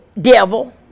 devil